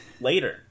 later